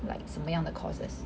like 什么样的 courses